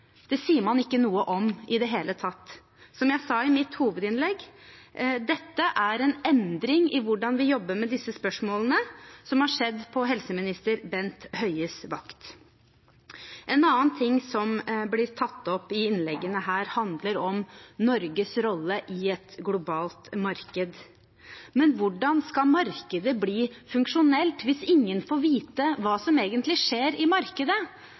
Det sier man ikke noe om i det hele tatt. Som jeg sa i mitt hovedinnlegg: Dette er en endring i hvordan vi jobber med disse spørsmålene, som har skjedd på helseminister Bent Høies vakt. En annen ting som blir tatt opp i innleggene her, handler om Norges rolle i et globalt marked. Men hvordan skal markedet bli funksjonelt hvis ingen får vite hva som egentlig skjer i markedet?